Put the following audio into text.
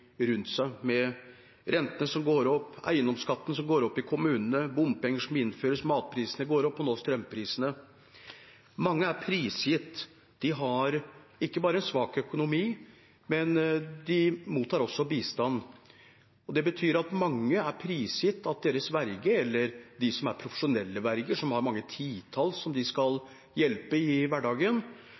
kommunene, bompenger som innføres, matprisene som går opp og nå strømprisene – er mange prisgitt andre. De har ikke bare en svak økonomi, de mottar også bistand. Det betyr at mange er prisgitt sin verge eller de som er profesjonelle verger, og som har mange titalls mennesker de skal hjelpe i hverdagen.